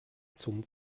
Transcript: zum